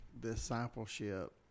discipleship